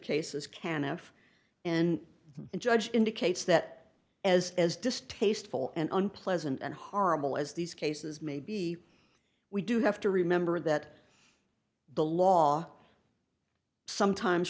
cases can f and the judge indicates that as as distasteful and unpleasant and horrible as these cases may be we do have to remember that the law sometimes